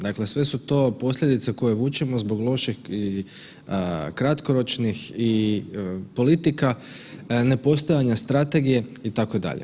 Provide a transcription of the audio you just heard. Dakle sve su to posljedice koje vučemo zbog lošeg i kratkoročnih i politika nepostojanja strategije, itd.